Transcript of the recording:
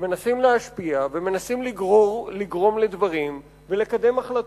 שמנסים להשפיע, מנסים לגרום לדברים ולקדם החלטות,